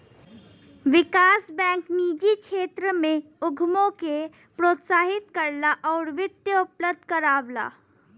विकास bank निजी क्षेत्र में उद्यमों के प्रोत्साहित करला आउर वित्त उपलब्ध करावला